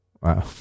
Wow